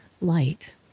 light